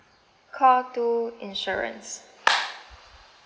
call two insurance